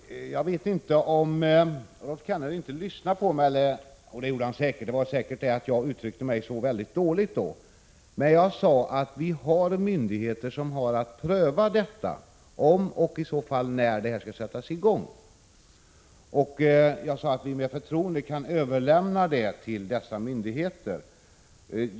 Fru talman! Jag vet inte om Rolf Kenneryd inte lyssnade på mig eller om jag uttryckte mig så dåligt — det var säkert det senare. Jag sade att vi har myndigheter som har att pröva om och i så fall när en sådan byggnation skall sättas i gång. Jag sade att vi med förtroende kan överlämna den saken till dessa myndigheter.